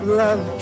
love